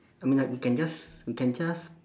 I mean like we can just we can just